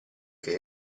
che